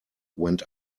went